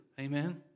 Amen